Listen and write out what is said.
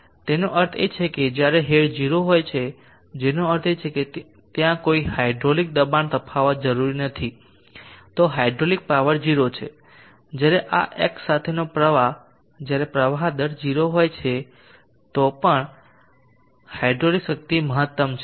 તેનો અર્થ એ છે કે જ્યારે હેડ 0 હોય છે જેનો અર્થ એ કે ત્યાં કોઈ હાઇડ્રોલિક દબાણ તફાવત જરૂરી નથી તો હાઇડ્રોલિક પાવર 0 છે જ્યારે આ અક્ષ સાથેનો પ્રવાહ જ્યારે પ્રવાહ દર 0 હોય છે તો પણ હાઇડ્રોલિક શક્તિ મહત્તમ છે